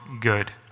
good